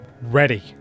ready